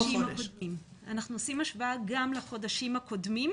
אנחנו עושים השוואה גם לחודשים הקודמים.